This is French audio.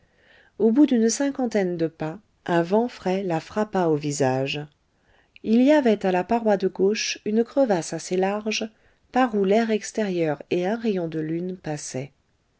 au bout d'une cinquantaine de pas un vent frais la frappa au visage il y avait à la paroi de gauche une crevasse assez large par où l'air extérieur et un rayon de lune passaient